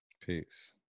peace